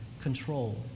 control